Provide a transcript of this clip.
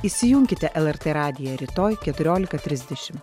įsijunkite lrt radiją rytoj keturiolika trisdešimt